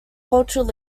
cultural